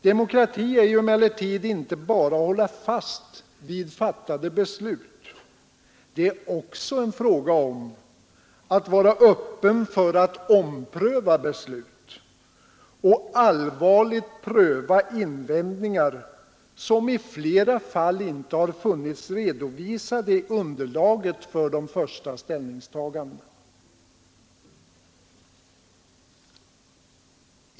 Demokrati är emellertid inte bara att hålla fast vid fattade beslut. Det är också en fråga om att vara öppen för att ompröva beslut och allvarligt pröva invändningar — som i flera fall inte har funnits redovisade i underlaget för de första ställningstagandena.